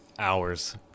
Hours